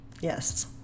Yes